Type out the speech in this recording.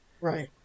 Right